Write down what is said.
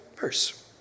verse